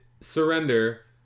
surrender